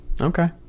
okay